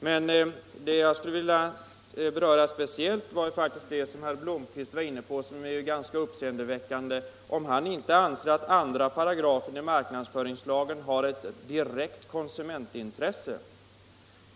Vad jag emellertid speciellt vill beröra — herr Blomkvist var också inne på det — är det uppseendeväckande i att herr Blomkvist inte tycks anse att 2 S marknadsföringslagen har ett direkt konsumentintresse.